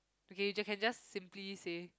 okay you can just simply say